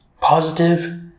positive